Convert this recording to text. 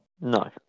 No